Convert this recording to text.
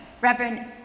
Reverend